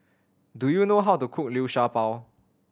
do you know how to cook Liu Sha Bao